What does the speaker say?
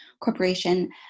corporation